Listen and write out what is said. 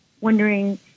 wondering